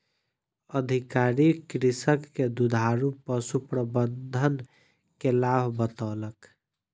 अधिकारी कृषक के दुधारू पशु प्रबंधन के लाभ बतौलक